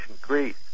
Greece